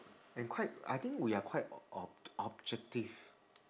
and quite I think we are quite o~ o~ ob~ objective